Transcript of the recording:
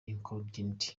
incognito